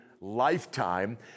lifetime